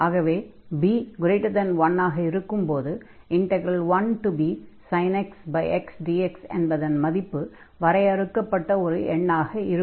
ஆகவே b1 ஆக இருக்கும் போது 1bsin x x dx என்பதன் மதிப்பு வரையறுக்கப்பட்ட ஓர் எண்ணாக இருக்கும்